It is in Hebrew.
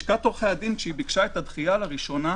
לשכת עורכי הדין, שביקשה את הדחייה לראשונה,